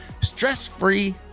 stress-free